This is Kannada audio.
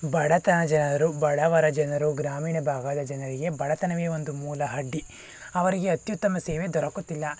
ಬಡತನ ಜನರು ಬಡವರ ಜನರು ಗ್ರಾಮೀಣ ಭಾಗದ ಜನರಿಗೆ ಬಡತನವೇ ಒಂದು ಮೂಲ ಅಡ್ಡಿ ಅವರಿಗೆ ಅತ್ಯುತ್ತಮ ಸೇವೆ ದೊರಕುತ್ತಿಲ್ಲ